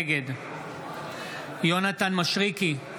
נגד יונתן מישרקי,